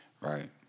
Right